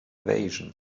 invasion